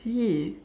!ee!